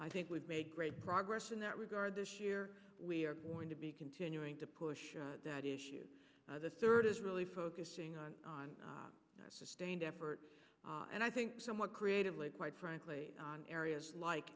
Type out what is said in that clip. i think we've made great progress in that regard this year we are going to be continuing to push that issue the third is really focusing on sustained effort and i think somewhat creatively quite frankly on areas like